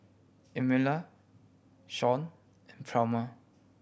Emelia Shaun Pluma